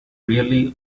really